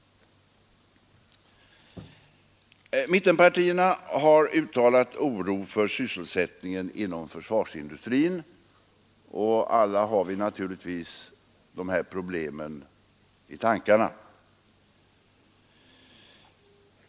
Mittenpartierna har uttalat oro för sysselsättningen inom försvarsindustrin. Alla har vi naturligtvis dessa problem i tankarna.